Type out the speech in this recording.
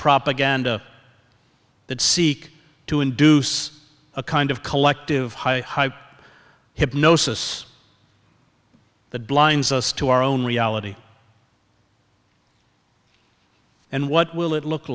propaganda that seek to induce a kind of collective high hype hypnosis that blinds us to our own reality and what will it look